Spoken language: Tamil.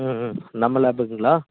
ம் ம் நம்ம லேப்புக்குங்களா